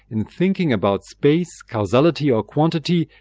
in thinking about space, causality or quantity,